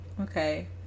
okay